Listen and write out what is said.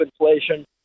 inflation